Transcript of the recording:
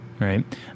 right